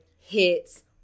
hits